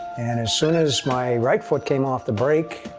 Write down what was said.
and as soon as my right foot came off the brake,